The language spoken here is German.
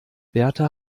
berta